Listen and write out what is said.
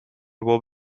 will